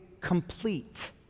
complete